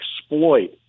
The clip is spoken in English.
exploit